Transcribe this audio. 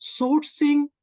sourcing